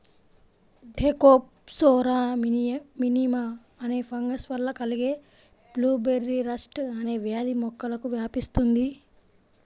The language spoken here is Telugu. థెకోప్సోరా మినిమా అనే ఫంగస్ వల్ల కలిగే బ్లూబెర్రీ రస్ట్ అనే వ్యాధి మొక్కలకు వ్యాపిస్తుంది